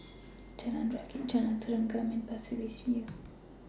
Jalan Rakit Jalan Serengam and Pasir Ris View